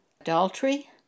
adultery